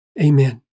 Amen